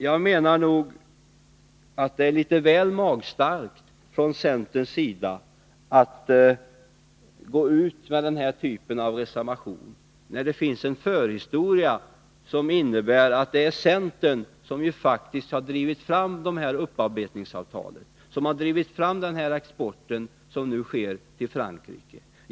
Jag menar nog att det är litet väl magstarkt att från centerns sida gå ut med en sådan här reservation, när det finns en förhistoria som innebär att det faktiskt är centern som har drivit fram upparbetningsavtalen och den export som nu sker till Frankrike.